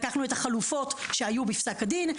לקחנו את החלופות שהיו בפסק הדין,